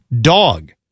dog